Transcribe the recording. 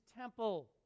temple